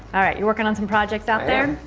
alright, you're working on some projects out there?